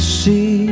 see